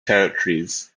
territories